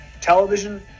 television